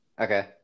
Okay